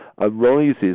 arises